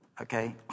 Okay